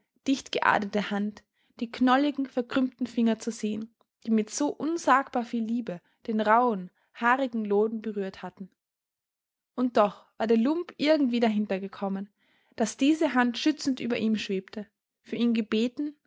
dichtgeaderte hand die knolligen verkrümmten finger zu sehen die mit so unsagbar viel liebe den rauhen haarigen loden berührt hatten und doch war der lump irgendwie dahintergekommen daß diese hand schützend über ihm schwebte für ihn gebeten